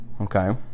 Okay